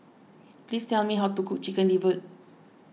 please tell me how to cook Chicken Liver